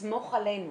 תסמוך עלינו.